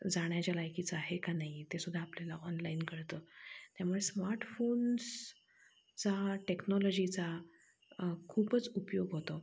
जाण्याच्या लायकीचं आहे का नाही आहे तेसुद्धा आपल्याला ऑनलाईन कळतं त्यामुळे स्मार्टफोन्सचा टेक्नॉलॉजीचा खूपच उपयोग होतो